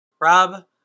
Rob